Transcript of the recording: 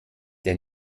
der